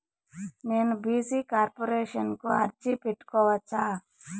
నేను BC corporation కు అర్జీ పెట్టుకోవచ్చా?